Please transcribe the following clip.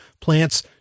plants